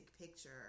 picture